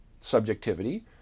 subjectivity